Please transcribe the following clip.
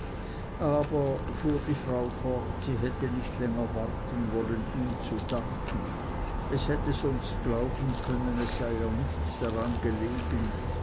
aber fuhr die frau fort sie hätte nicht länger warten wollen ihm zu danken es hätte sonst glauben können es sei ihr nichts daran gelegen